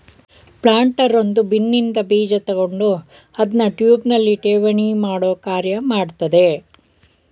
planter ಒಂದು ಬಿನ್ನಿನ್ದ ಬೀಜನ ತಕೊಂಡು ಅದ್ನ ಟ್ಯೂಬ್ನಲ್ಲಿ ಠೇವಣಿಮಾಡೋ ಕಾರ್ಯ ಮಾಡ್ತದೆ